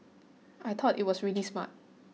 I thought it was really smart